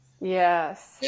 Yes